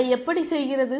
அதை எப்படி செய்கிறது